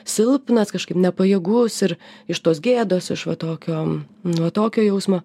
silpnas kažkaip nepajėgus ir iš tos gėdos iš va tokio nu va tokio jausmo